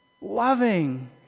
loving